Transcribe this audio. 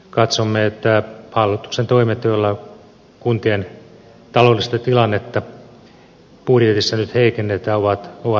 katsomme että hallituksen toimet joilla kuntien taloudellista tilannetta budjetissa nyt heikennetään ovat vääriä